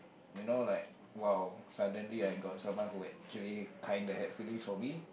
you know like [wow] suddenly I got someone who actually kinda had feelings for me